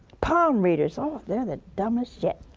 palm readers, oh, they're the dumbest yet!